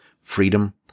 freedom